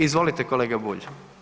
Izvolite kolega Bulj.